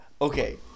Okay